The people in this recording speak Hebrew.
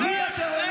תומך טרור,